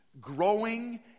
growing